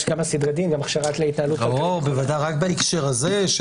בוודאי, רק בהקשר הזה.